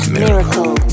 Miracle